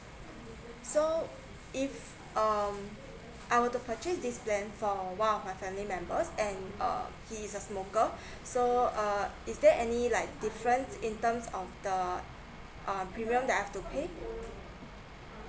so if um I were to purchase this plan for uh one of my family members and uh he is a smoker so uh is there any like difference in terms of the um premium that I have to pay um